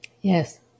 Yes